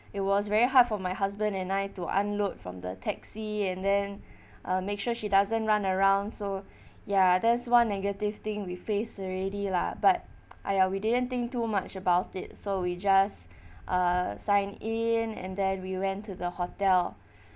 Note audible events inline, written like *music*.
it was very hard for my husband and I to unload from the taxi and then *breath* uh make sure she doesn't run around so ya there's one negative thing we face already lah but *noise* !aiya! we didn't think too much about it so we just uh sign in and then we went to the hotel